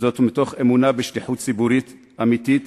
מתוך אמונה בשליחות ציבורית אמיתית